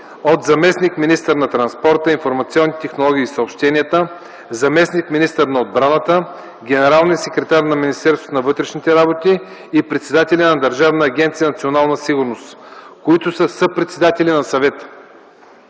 от заместник-министър на транспорта, информационните технологии и съобщенията, заместник-министър на отбраната, генералния секретар на Министерството на вътрешните работи и председателя на Държавна агенция „Национална сигурност”, които са съпредседатели на Съвета.